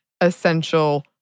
essential